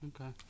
Okay